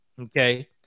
Okay